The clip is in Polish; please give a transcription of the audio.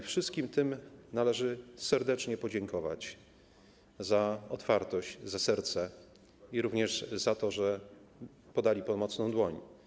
Wszystkim im należy serdecznie podziękować za otwartość, za serce i również za to, że podali pomocną dłoń.